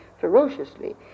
ferociously